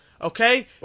okay